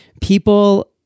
people